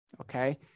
Okay